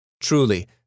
Truly